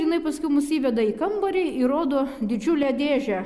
jinai paskiau mus įveda į kambarį ir rodo didžiulę dėžę